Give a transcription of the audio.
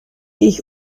ich